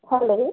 hello